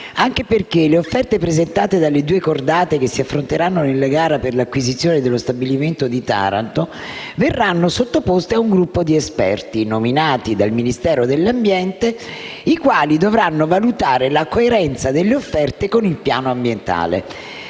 anche perché le offerte presentate dalle due cordate che si affronteranno nella gara per l'acquisizione dello stabilimento di Taranto verranno sottoposte ad un gruppo di esperti, nominati dal Ministero dell'ambiente, i quali dovranno valutare la coerenza delle offerte con il piano ambientale.